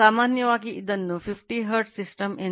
ಸಾಮಾನ್ಯವಾಗಿ ಇದನ್ನು50 hertz system ಎಂದು ತೆಗೆದುಕೊಳ್ಳಿ